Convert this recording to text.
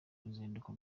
uruzinduko